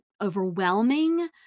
overwhelming